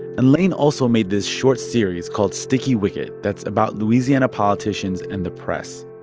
and laine also made this short series called sticky wicket that's about louisiana politicians and the press,